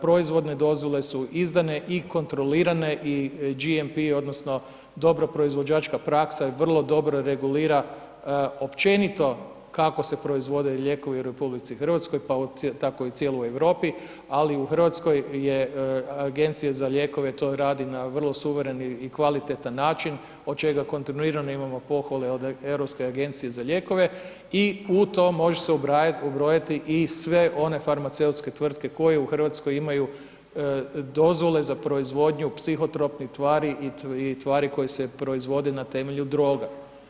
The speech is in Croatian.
Proizvodne dozvole su izdane i kontrolirane, i GNP odnosno dobro proizvođačka praksa je vrlo dobro regulira, općenito kako se proizvode lijekovi u Republici Hrvatskoj pa tako i u cijeloj Europi, ali u Hrvatskoj je Agencija za lijekove to radi na vrlo suvereni i kvalitetan način od čega kontinuirano imamo pohvale od Europske agencije za lijekove, i u to može se ubrajati, ubrojiti i sve one farmaceutske tvrtke koje u Hrvatskoj imaju dozvole za proizvodnju psihotropnih tvari i tvari koje se proizvode na temelju droga.